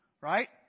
right